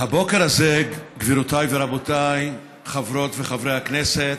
הבוקר הזה, גבירותיי ורבותיי, חברות וחברי הכנסת,